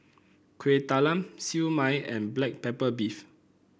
Kueh Talam Siew Mai and Black Pepper Beef